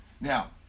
Now